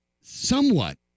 somewhat